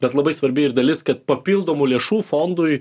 bet labai svarbi ir dalis kad papildomų lėšų fondui